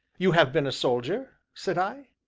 you have been a soldier? said i.